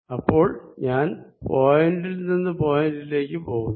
അപ്പോൾ ഞാൻ പോയിന്റിൽ നിന്നും പോയിന്റിലേക്ക് പോകുന്നു